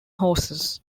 horses